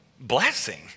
blessing